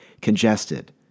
congested